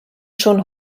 schon